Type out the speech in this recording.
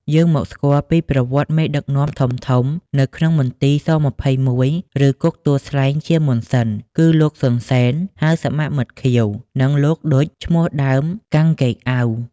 យើងមកស្គាល់ពីប្រវត្ដិមេដឹកនាំធំៗ នៅក្នុង មន្ទីរ ស-២១ ឬគុកទួលស្លែង ជាមុនសិន គឺ លោក សុន សេន (ហៅសមមិត្តខៀវ) និង លោក ឌុច (ឈ្មោះដើម កាំង ហ្កេកអ៊ាវ)។